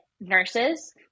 nurses